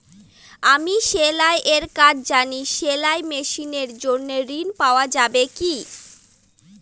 আমি সেলাই এর কাজ জানি সেলাই মেশিনের জন্য ঋণ পাওয়া যাবে কি?